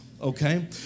okay